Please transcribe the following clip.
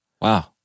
Wow